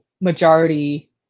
majority